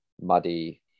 muddy